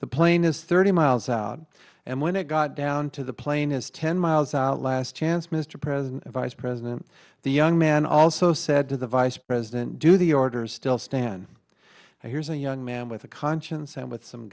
the plane is thirty miles out and when it got down to the plane is ten miles out last chance mr president vice president the young man also said to the vice president do the orders still stand here's a young man with a conscience and with some